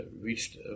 reached